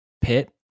pit